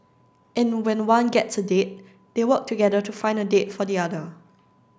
and when one gets a date they work together to find a date for the other